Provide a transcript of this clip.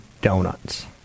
donuts